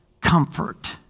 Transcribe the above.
comfort